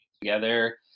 together